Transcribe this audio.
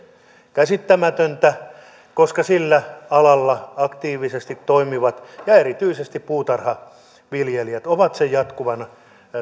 käsittämätöntä koska sillä alalla aktiivisesti toimivat ja erityisesti puutarhaviljelijät ovat sen jatkuvan